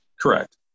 Correct